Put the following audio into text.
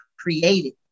created